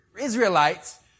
Israelites